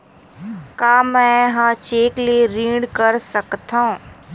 का मैं ह चेक ले ऋण कर सकथव?